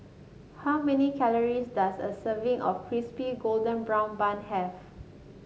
how many calories does a serving of Crispy Golden Brown Bun have